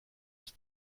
ist